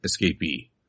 escapee